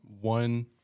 One